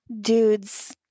dudes